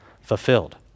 fulfilled